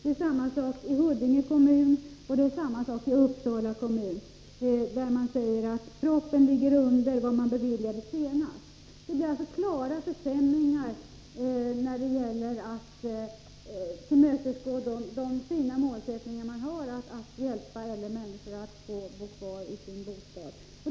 Det är samma sak i Huddinge och Uppsala kommuner. De säger att propositionens förslag ligger under vad man senast beviljade. Det blir alltså klara försämringar när det gäller att uppfylla de fina målsättningarna att hjälpa äldre människor att bo kvar i sina bostäder.